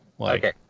Okay